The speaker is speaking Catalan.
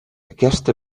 aquesta